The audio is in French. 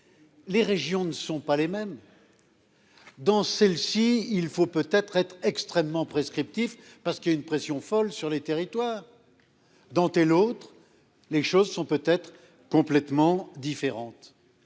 Les régions ne sont pas les mêmes. Dans celle-ci, il faut peut être être extrêmement prescriptif parce qu'il y a une pression folle sur les territoires. Dans telle autre, les choses sont peut être complètement différente.